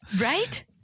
Right